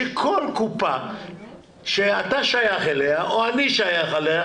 שכל קופה שאתה שייך אליה או אני שייך אליה,